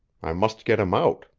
i must get him out.